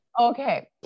Okay